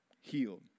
healed